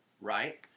right